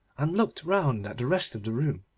and looked round at the rest of the room.